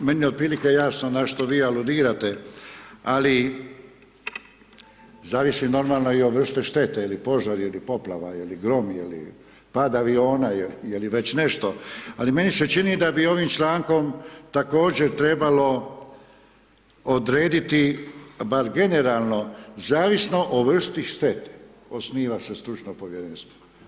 Meni je otprilike jasno na što vi aludirate, ali zavisi, normalno i o vrsti štete ili požar ili poplava ili grom ili pad aviona ili već nešto, ali meni se čini da bi ovim člankom također trebalo odrediti bar generalno, zavisno o vrsti štete, osniva se stručno povjerenstvo.